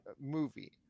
movie